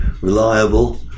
reliable